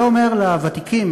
זה אומר לוותיקים: